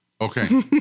Okay